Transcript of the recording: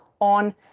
on